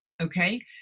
Okay